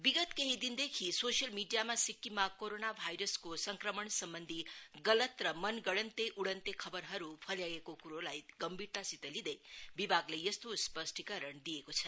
विगत केही दिनदेखि सोसियल मिडियामा सिक्किममा कोरोना भायरसको संक्रमण सम्बन्धी गलत र मनगढ़्ङते उइते खबरहरु फैलाइएको कुरोलाई गम्भीरतासित लिँदै विभागले यस्तो स्पष्टीकरण दिएको छ